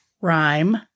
rhyme